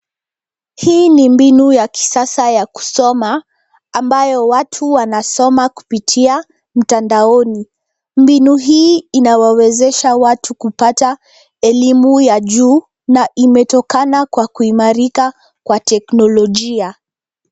Hii ni mbinu ya kisasa ya kusoma, ambayo watu wanasoma kupitia mtandaoni. Mbinu hii inawawezesha watu kupata elimu ya juu na imetokana kwa kuimarika kwa teknolojia.